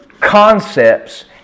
concepts